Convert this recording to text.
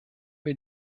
wir